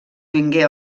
vingué